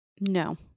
No